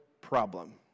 problem